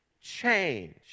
change